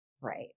Right